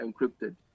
encrypted